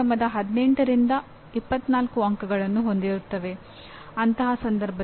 ಅವರು ಇದಕ್ಕೆ ವಿರೋಧವಾಗಿಲ್ಲ ಆದರೆ ಪರಿಣಾಮ ಆಧಾರಿತ ಶಿಕ್ಷಣಕ್ಕೆ ಅವರು ಸಂಪೂರ್ಣವಾಗಿ ಹೊಂದಾಣಿಕೆ ಹೊಂದಿಲ್ಲ